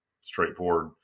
straightforward